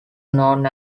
known